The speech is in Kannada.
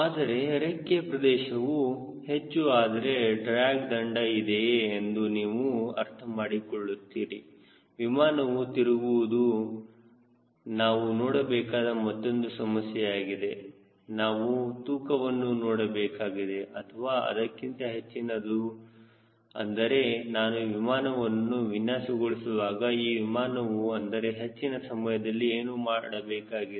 ಆದರೆ ರೆಕ್ಕೆ ಪ್ರದೇಶವು ಹೆಚ್ಚು ಆದರೆ ಡ್ರ್ಯಾಗ್ ದಂಡ ಇದೆಯೇ ಎಂದು ನೀವು ಅರ್ಥಮಾಡಿಕೊಳ್ಳುತ್ತೀರಿ ವಿಮಾನವು ತಿರುಗುವುದು ನಾವು ನೋಡಬೇಕಾದ ಮತ್ತೊಂದು ಸಮಸ್ಯೆಯಾಗಿದೆ ನಾವು ತೂಕವನ್ನು ನೋಡಬೇಕಾಗಿದೆ ಅಥವಾ ಅದಕ್ಕಿಂತ ಹೆಚ್ಚಿನದನ್ನು ಅಂದರೆ ನಾನು ವಿಮಾನವನ್ನು ವಿನ್ಯಾಸಗೊಳಿಸುವಾಗ ಈ ವಿಮಾನವು ಅದರ ಹೆಚ್ಚಿನ ಸಮಯದಲ್ಲಿ ಏನು ಮಾಡಬೇಕಾಗಿದೆ